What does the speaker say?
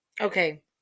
okay